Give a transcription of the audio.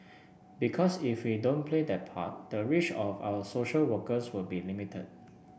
because if we don't play that part the reach of our social workers will be limited